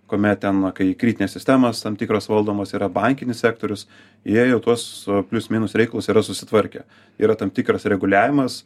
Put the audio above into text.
kuomet ten kai kritinės sistemos tam tikros valdomos yra bankinis sektorius jie jau tuos plius minus reikalus yra susitvarkę yra tam tikras reguliavimas